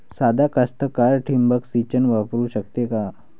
सादा कास्तकार ठिंबक सिंचन वापरू शकते का?